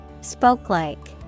Spoke-like